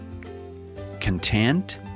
content